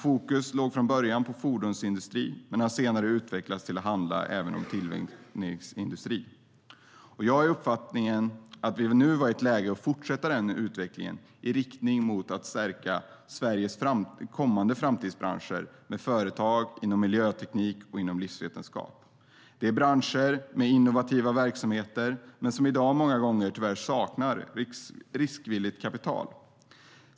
Fokus låg från början på fordonsindustri men har senare utvecklats till att även handla om tillverkningsindustrin. Jag är av uppfattningen att vi även nu är i ett läge att fortsätta den utvecklingen i riktning mot att stärka Sveriges kommande framtidsbranscher med företag inom miljöteknik och livsvetenskap. Det är branscher med innovativa verksamheter men som i dag många gånger tyvärr saknar riskvilligt kapital.